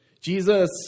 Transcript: Jesus